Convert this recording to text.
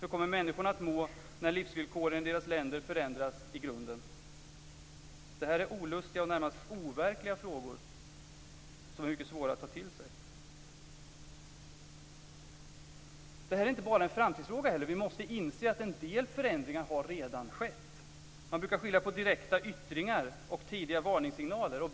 Hur kommer människorna att må när livsvillkoren i deras länder förändras i grunden? Detta är olustiga och närmast overkliga frågor, som är mycket svåra att ta till sig. Detta är inte heller bara en framtidsfråga. Man brukar skilja på direkta yttringar och tidiga varningssignaler.